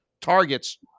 targets